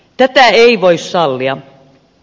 tätä ei voi sallia